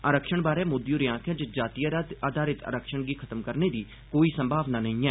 आरक्षण बारै मोदी होरें आखेआ जे जाति आघारित आरक्षण गी खत्म करने दी कोई संभावना नेईं ऐ